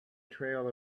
trail